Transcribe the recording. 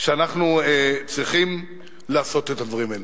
שאנחנו צריכים לעשות את הדברים האלה.